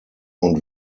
und